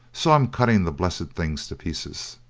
so i'm cutting the blessed things to pieces.